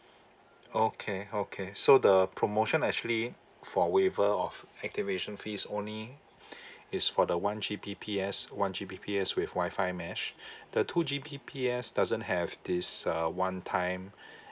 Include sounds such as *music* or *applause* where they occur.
oh okay okay so the promotion actually for waiver of activation fee it's only *breath* is for the G_P_P_S one G_P_P_S with Wi-Fi mesh *breath* the two G_P_P_S doesn't have this uh one time